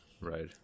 right